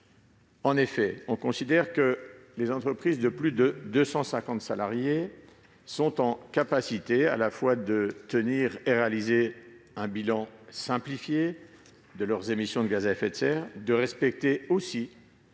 En effet, nous considérons que les entreprises de plus de 250 salariés sont capables de réaliser un bilan simplifié de leurs émissions de gaz à effet de serre, de respecter des